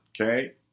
okay